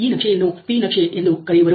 ಈ ನಕ್ಷೆಯನ್ನು P ನಕ್ಷೆ ಎಂದು ಕರೆಯುವರು